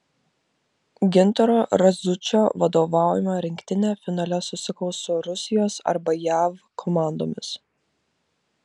gintaro razučio vadovaujama rinktinė finale susikaus su rusijos arba jav komandomis